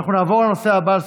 אנחנו נעבור להצעות דחופות